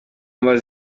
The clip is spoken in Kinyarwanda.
igihugu